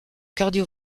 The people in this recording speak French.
cardio